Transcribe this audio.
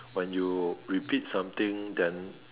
when you repeat something then